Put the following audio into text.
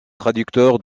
traducteur